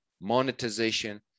monetization